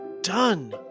done